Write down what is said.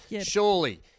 Surely